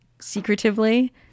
secretively